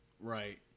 right